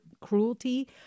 cruelty